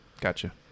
Gotcha